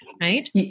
right